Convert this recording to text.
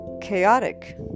chaotic